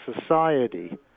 Society